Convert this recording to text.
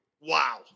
Wow